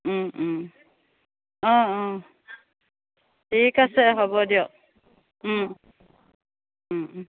অঁ অঁ ঠিক আছে হ'ব দিয়ক